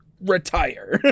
retire